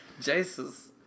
jesus